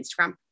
Instagram